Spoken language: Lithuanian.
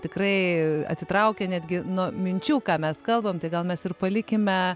tikrai atitraukia netgi nuo minčių ką mes kalbam tai gal mes ir palikime